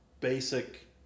basic